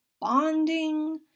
bonding